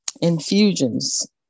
infusions